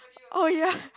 oh ya